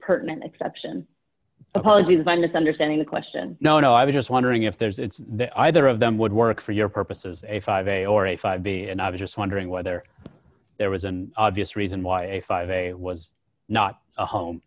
pertinent exception apologies on this understanding the question no no i was just wondering if there's it's that either of them would work for your purposes a five a or a five b and i was just wondering whether there was an obvious reason why a five a was not a home